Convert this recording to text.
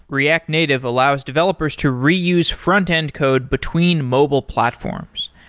react native allows developers to reuse front-end code between mobile platforms.